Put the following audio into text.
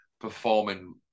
performing